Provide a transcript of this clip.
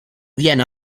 viene